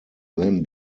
then